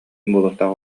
буолуохтаах